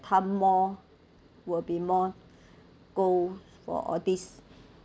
time more will be more go for all these